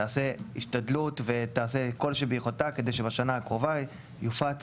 תעשה השתדלות ותעשה כל שביכולתה כדי שבשנה הקרובה יופץ